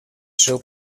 seu